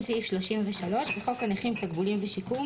התשפ"ב 2021 תיקון סעיף 33 1. בחוק הנכים (תגמולים ושיקום),